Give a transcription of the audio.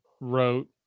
wrote